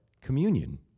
communion